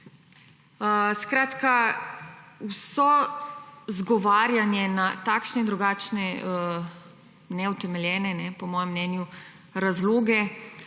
Skratka, vso izgovarjanje na takšne in drugačne neutemeljene po mojem mnenju razloge